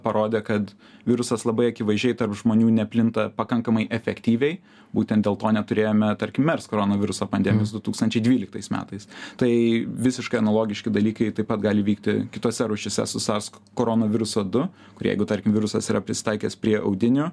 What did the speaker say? parodė kad virusas labai akivaizdžiai tarp žmonių neplinta pakankamai efektyviai būtent dėl to neturėjome tarkim merskoronaviruso pandemijos du tūkstančiai dvyliktais metais tai visiškai analogiški dalykai taip pat gali vykti kitose rūšyse su sars koronaviruso du kur jeigu tarkim virusas yra prisitaikęs prie audinių